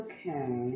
Okay